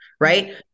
right